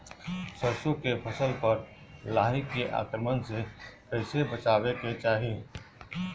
सरसो के फसल पर लाही के आक्रमण से कईसे बचावे के चाही?